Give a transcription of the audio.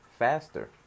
faster